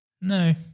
No